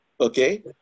Okay